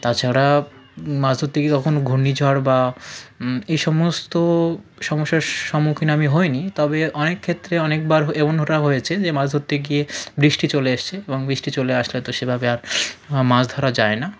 তাছাড়া মাছ ধরতে গিয়ে কখনও ঘূর্ণিঝড় বা এই সমস্ত সমস্যার সম্মুখীন আমি হইনি তবে অনেক ক্ষেত্রে অনেকবার হ এ অন্যটা হয়েছে যে মাছ ধরতে গিয়ে বৃষ্টি চলে এসেছে এবং বৃষ্টি চলে আসলে তো সেভাবে আর মাছ ধরা যায় না